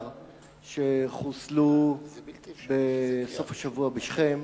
שחוסלו בסוף השבוע בשכם,